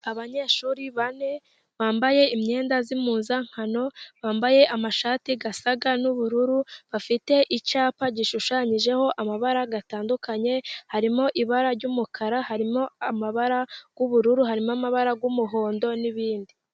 Abanyeshuri bane bambaye imyenda y'impuzankano, bambaye amashati asa n'ubururu, bafite icyapa gishushanyijeho amabara atandukanye, harimo ibara ry'umukara, harimo amabara y'ubururu, harimo amabara y'umuhondo n'ibindi.